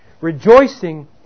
Rejoicing